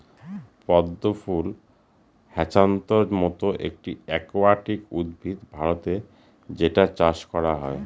পদ্ম ফুল হ্যাছান্থর মতো একুয়াটিক উদ্ভিদ ভারতে যেটার চাষ করা হয়